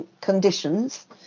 conditions